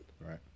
Right